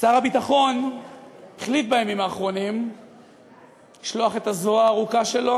שר הביטחון החליט בימים האחרונים לשלוח את הזרוע הארוכה שלו,